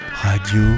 Radio